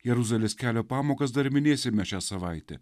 jeruzalės kelio pamokas dar minėsime šią savaitę